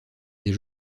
des